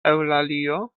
eŭlalio